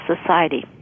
society